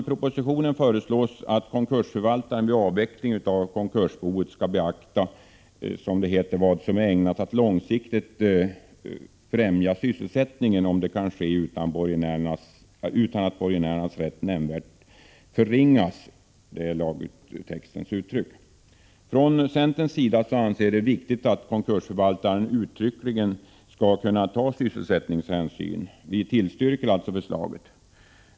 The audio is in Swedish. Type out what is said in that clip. I propositionen föreslås att konkursförvaltaren vid avveckling av konkursboet skall beakta vad som är ägnat att långsiktigt främja sysselsättningen, om det kan ske utan att borgenärernas rätt nämnvärt förringas — som det uttrycks i lagtexten. Från centerns sida anser vi att det är viktigt att konkursförvaltaren uttryckligen skall kunna ta hänsyn till sysselsättningen. Vi tillstyrker därför förslaget.